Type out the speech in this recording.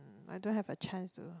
I don't have a chance to